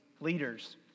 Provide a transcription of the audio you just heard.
leaders